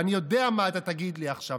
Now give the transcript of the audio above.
אני יודע מה אתה תגיד לי עכשיו.